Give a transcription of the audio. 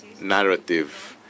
narrative